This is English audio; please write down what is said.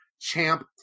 Champ